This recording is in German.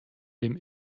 dem